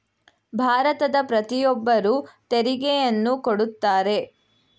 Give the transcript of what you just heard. ಭಾರತದ ಪ್ರತಿಯೊಬ್ಬರು ತೆರಿಗೆಯನ್ನು ಕೊಡುತ್ತಾರೆ